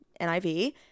NIV